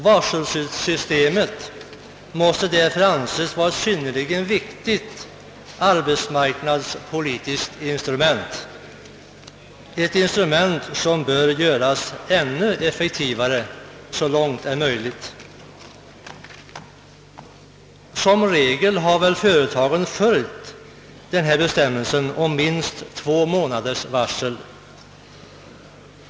Varselsystemet måste därför anses vara ett synnerligen viktigt arbetsmarknadspolitiskt instrument, ett instrument som bör göras ännu effektivare så långt det är möjligt. I regel har väl företagen följt bestämmelsen om minst två månaders varsel.